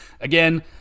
again